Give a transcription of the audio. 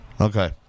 Okay